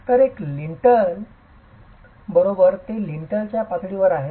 तर एक एकल लिंटल बरोबर ते लिंटलच्या पातळीवर आहे